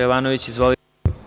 Jovanović, izvolite.